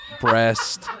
breast